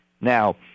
Now